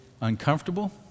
uncomfortable